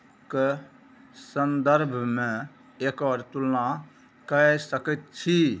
कऽ सन्दर्भमे एकर तुलना कय सकैत छी